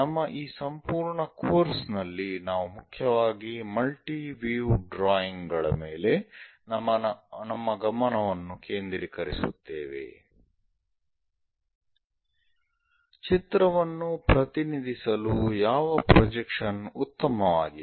ನಮ್ಮ ಈ ಸಂಪೂರ್ಣ ಕೋರ್ಸ್ ನಲ್ಲಿ ನಾವು ಮುಖ್ಯವಾಗಿ ಮಲ್ಟಿ ವ್ಯೂ ಡ್ರಾಯಿಂಗ್ ಗಳ ಮೇಲೆ ನಮ್ಮ ಗಮನವನ್ನು ಕೇಂದ್ರೀಕರಿಸುತ್ತೇವೆ ಚಿತ್ರವನ್ನು ಪ್ರತಿನಿಧಿಸಲು ಯಾವ ಪ್ರೊಜೆಕ್ಷನ್ ಉತ್ತಮವಾಗಿದೆ